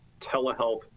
telehealth